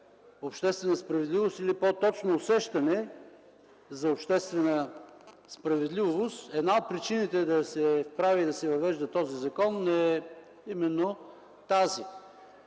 обществена справедливост или по-точно усещането за обществена справедливост, една от причините да се прави и да се въвежда този закон, е именно тази.